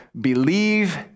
believe